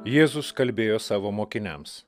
jėzus kalbėjo savo mokiniams